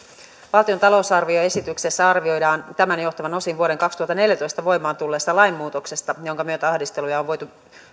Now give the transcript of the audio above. valtion talousarvioesityksessä arvioidaan tämän johtuvan osin vuonna kaksituhattaneljätoista voimaan tulleesta lainmuutoksesta jonka myötä ahdisteluja on voitu